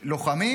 לוחמים,